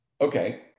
okay